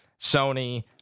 Sony